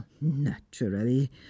Naturally